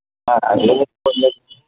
not clear